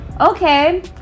okay